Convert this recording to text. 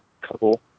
couple